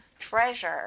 treasure